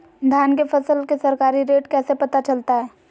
धान के फसल के सरकारी रेट कैसे पता चलताय?